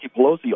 Pelosi